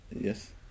Yes